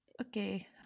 Okay